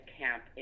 camp